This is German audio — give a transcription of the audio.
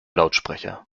lautsprecher